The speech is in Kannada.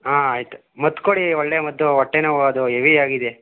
ಹಾಂ ಆಯ್ತು ಮದ್ದು ಕೊಡಿ ಒಳ್ಳೆಯ ಮದ್ದು ಹೊಟ್ಟೆನೋವು ಅದು ಎವಿ ಆಗಿದೆ